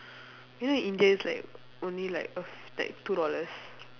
you know in india it's like only like a f~ like two dollars